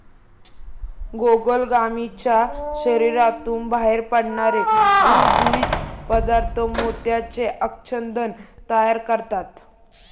गोगलगायीच्या शरीरातून बाहेर पडणारे गुळगुळीत पदार्थ मोत्याचे आच्छादन तयार करतात